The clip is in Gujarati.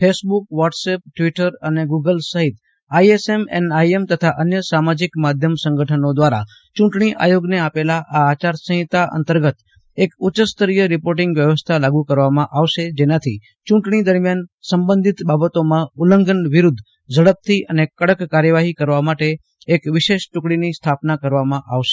ફેસબુક વોટ્સઅપ ટ્વીટર અને ગુગલ સહિત આઈએએમએઆઈ તથા અન્ય સામાજિક માધ્યમ સંગઠનો દ્વારા ચૂંટજી આયોગને આપેલા આ આચારસંહિતા અંતર્ગત એક ઉચ્ચસ્તરીય રિપોટિંગ વ્યવસ્થા લાગુ કરવામાં આવશે જેનાથી ચૂંટણી દરમિયાન સંબંધિત બાબતોમાં ઉલ્લંઘન વિરુદ્વ ઝડપથી અને કડક કાર્યવાહી કરવા માટે એક વિશેષ ટૂકડીની સ્થાપના કરવામાં આવશે